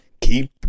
Keep